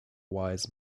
wise